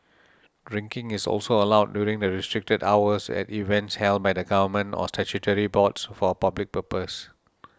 drinking is also allowed during the restricted hours at events held by the Government or statutory boards for a public purpose